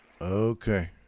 Okay